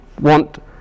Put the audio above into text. want